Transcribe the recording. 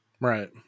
Right